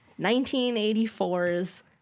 1984's